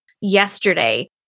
yesterday